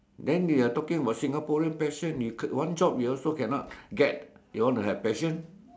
then they are talking about Singaporean passion you quit one job you also can not get you want to have passion